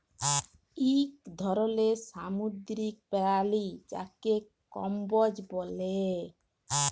ইক ধরলের সামুদ্দিরিক পেরালি যাকে কম্বোজ ব্যলে